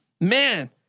man